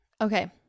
Okay